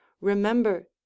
remember